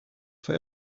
for